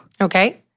Okay